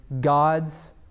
God's